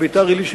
בביתר-עילית,